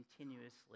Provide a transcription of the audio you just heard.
continuously